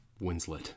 Winslet